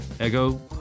ego